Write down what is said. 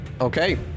Okay